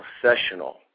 professional